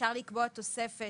אפשר לקבוע תוספת